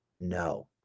No